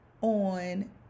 on